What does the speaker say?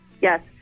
Yes